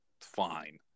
fine